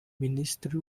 minsitiri